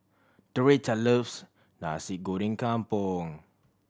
Doretta loves Nasi Goreng Kampung